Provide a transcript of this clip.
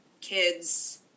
kids